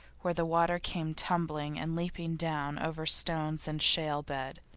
where the water came tumbling and leaping down over stones and shale bed.